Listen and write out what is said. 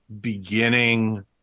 beginning